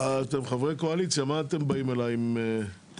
אתם חברי קואליציה, מה אתם באים אליי עם תנאים?